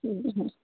उ हूँ